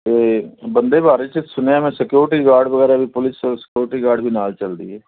ਅਤੇ ਬੰਦੇ ਭਾਰਤ 'ਚ ਸੁਣਿਆ ਮੈਂ ਸਕਿਉਰਟੀ ਗਾਰਡ ਵਗੈਰਾ ਵੀ ਪੁਲਿਸ ਸ ਸਕਿਓਰਟੀ ਗਾਰਡ ਵੀ ਨਾਲ ਚੱਲਦੀ ਹੈ